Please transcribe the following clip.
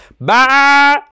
bye